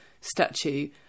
statue